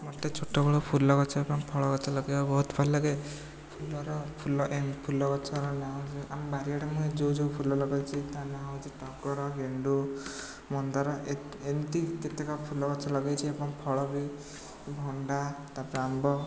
ମୋତେ ଛୋଟବେଳୁ ଫୁଲଗଛ ଏବଂ ଫଳଗଛ ଲଗେଇବାକୁ ବହୁତ ଭଲ ଲାଗେ ଫୁଲର ଫୁଲ ଏମ ଫୁଲଗଛର ନା ଆମ ବାରିଆଡ଼େ ମୁଁ ଯେଉଁ ଯେଉଁ ଫୁଲ ଲଗେଇଛି ତା' ନା ହେଉଛି ଟଗର ଗେଣ୍ଡୁ ମନ୍ଦାର ଏମିତି କେତେକ ଫୁଲଗଛ ଲଗେଇଛି ଏବଂ ଫଳ ବି ଭଣ୍ଡା ତା'ପରେ ଆମ୍ବ